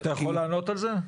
אתה יכול לענות על זה?